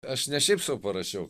aš ne šiaip sau parašiau